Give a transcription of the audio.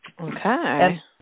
Okay